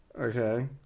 okay